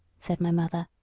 said my mother,